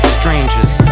strangers